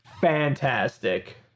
fantastic